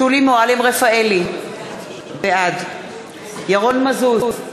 שולי מועלם-רפאלי, בעד ירון מזוז,